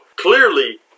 Clearly